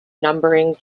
numbering